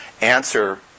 answer